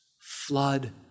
flood